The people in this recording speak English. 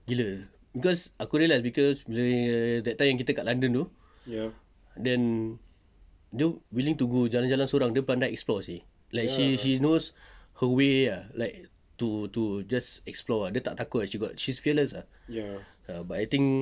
gila cause aku realise cause bila that time kita dekat london tu then dia willing to go jalan-jalan sorang dia pandai explore seh like like she knows her way ah like to to just explore ah dia tak takut she got she's fearless ah but I think